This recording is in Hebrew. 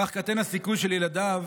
כך קטן הסיכוי של ילדיו